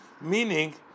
meaning